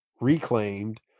reclaimed